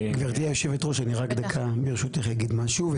גבירתי יושבת הראש, אני רק דקה, ברשותך אגיד משהו.